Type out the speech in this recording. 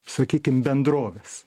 sakykim bendrovės